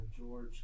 George